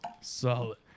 Solid